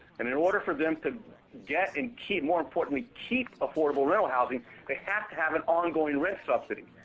and in order for them to get and keep more importantly, keep affordable rental housing they have to have an ongoing rent subsidy,